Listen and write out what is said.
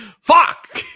Fuck